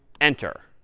enter.